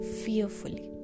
fearfully